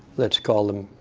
let's call them